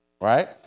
Right